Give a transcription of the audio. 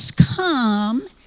come